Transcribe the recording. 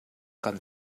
kan